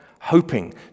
hoping